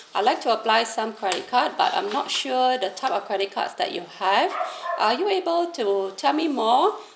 I'll like to apply some credit card but I'm not sure the type of credit cards that you have are you able to tell me more